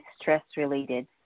stress-related